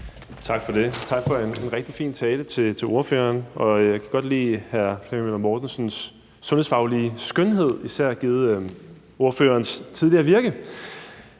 til ordføreren for en rigtig fin tale. Jeg kan godt lide hr. Flemming Møller Mortensens sundhedsfaglige skønhed, især givet ordførerens tidligere virke.